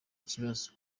ikibazo